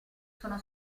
sono